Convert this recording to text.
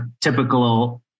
typical